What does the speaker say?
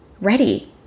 ready